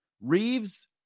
Reeves